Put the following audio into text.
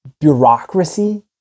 bureaucracy